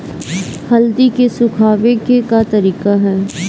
हल्दी के सुखावे के का तरीका ह?